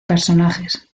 personajes